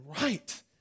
right